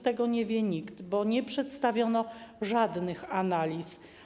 Tego nie wie nikt, bo nie przedstawiono żadnych analiz.